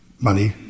money